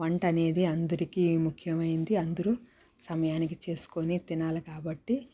వంట అనేది అందరికి ముఖ్యమైంది అందరు సమయానికి చేసుకొని తినాలి కాబట్టి